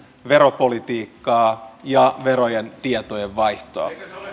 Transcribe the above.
veropolitiikkaa ja verojen tietojenvaihtoa